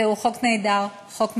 זהו חוק נהדר, חוק מתקדם,